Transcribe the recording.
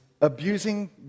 abusing